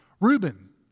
Reuben